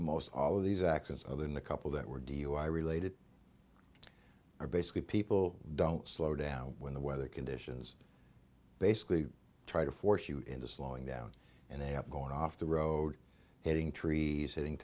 most all of these actions other than a couple that were dui related are basically people don't slow down when the weather conditions basically try to force you into slowing down and they are going off the road hitting trees hitting